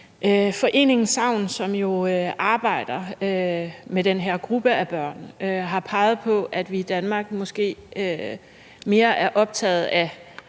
Foreningen SAVN, som jo arbejder med den her gruppe af børn, har peget på, at vi i Danmark måske mere er optaget af,